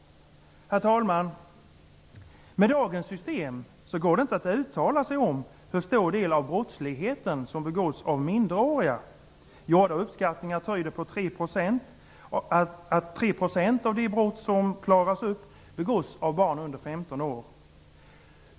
Herr talman! Med dagens system går det inte att uttala sig om hur stor del av brottsligheten som begås av minderåriga. Gjorda uppskattningar tyder på att 15 år.